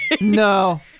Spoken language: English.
No